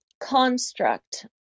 construct